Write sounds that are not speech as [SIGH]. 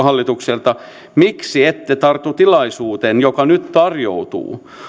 [UNINTELLIGIBLE] hallitukselta miksi ette tartu tilaisuuteen joka nyt tarjoutuu